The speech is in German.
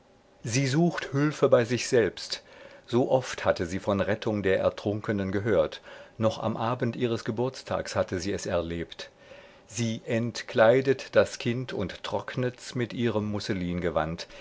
sie sucht hülfe bei sich selbst so oft hatte sie von rettung der ertrunkenen gehört noch am abend ihres geburtstags hatte sie es erlebt sie entkleidet das kind und trocknets mit ihrem musselingewand